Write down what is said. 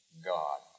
God